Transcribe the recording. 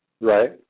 Right